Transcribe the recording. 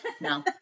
No